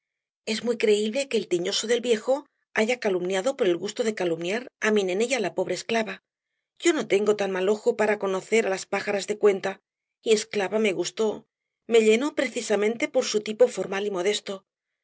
es muy creíble que el tiñoso del viejo haya calumniado por el gusto de calumniar á mi nene y á la pobre esclava yo no tengo tan mal ojo para conocer á las pájaras de cuenta y esclava me gustó me llenó precisamente por su tipo formal y modesto